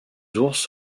ours